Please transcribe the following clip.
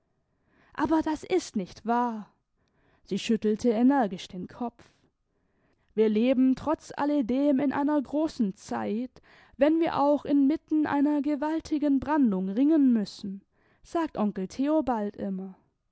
aber das ist nicht wahr sie schüttelte energisch den kopf wir leben trotz alledem in einer großen zeit wenn wir auch inmitten einer gewaltigen brandung ringen müssen sagt onkel theobald immer